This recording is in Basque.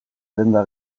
denda